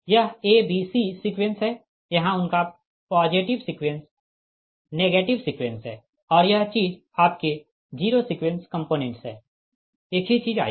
यह a b c sequence है यहाँ उनका पॉजिटिव सीक्वेंस नेगेटिव सीक्वेंस है और यह चीज आपके 0 सीक्वेंस कंपोनेंट्स है एक ही चीज आएगी